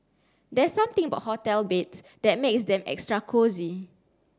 there's something about hotel beds that makes them extra cosy